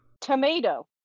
Tomato